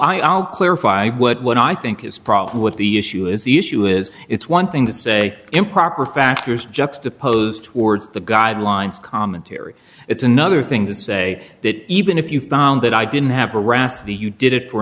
i'll clarify what i think is probably what the issue is the issue is it's one thing to say improper factors juxtaposed towards the guidelines commentary it's another thing to say that even if you found that i didn't have a ras the you did it for